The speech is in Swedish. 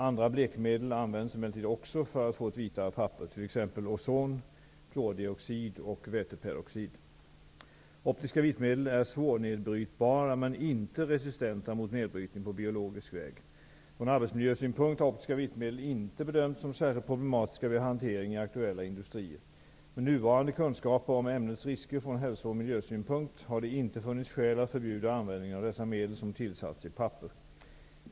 Andra blekmedel används emellertid också för att få ett vitare papper, t.ex. ozon, klordioxid och väteperoxid. Optiska vitmedel är svårnedbrytbara men inte resistenta mot nedbrytning på biologisk väg. Från arbetsmiljösynpunkt har optiska vitmedel inte bedömts som särskilt problematiska vid hantering i aktuella industrier. Med nuvarande kunskaper om ämnets risker från hälso och miljösynpunkt har det inte funnits skäl att förbjuda användningen av dessa medel som tillsats i papper.